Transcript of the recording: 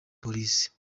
polisi